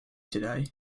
today